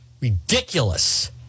Ridiculous